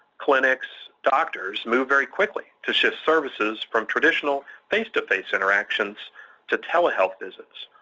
clinics, doctors, move very quickly to shift services from traditional face-to-face interactions to telehealth visits.